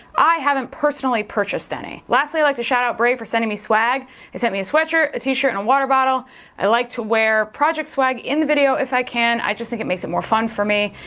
i haven't personally purchased any. lastly i like to shout out brave for sending me swag, they sent me a sweat shirt, a t-shirt, and a water bottle i like to wear project swag in the video if i can i just think it makes it more fun for me.